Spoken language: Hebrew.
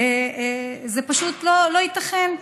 זה פשוט לא ייתכן.